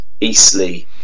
Eastleigh